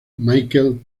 michael